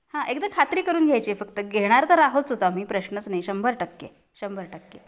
हां एकदा खात्री करून घ्यायची आहे फक्त घेणार तर आहोतच आहोत आम्ही प्रश्नच नाही शंभर टक्के शंभर टक्के